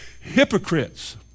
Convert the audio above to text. hypocrites